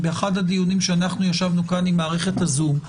באחד הדיונים שישבנו עם מערכת הזום,